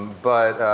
but